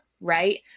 right